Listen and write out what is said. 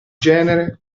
genere